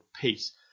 peace